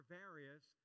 various